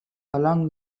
along